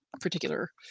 particular